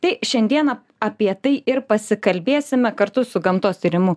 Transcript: tai šiandieną apie tai ir pasikalbėsime kartu su gamtos tyrimų